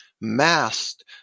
masked